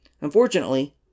Unfortunately